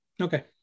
Okay